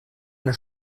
eine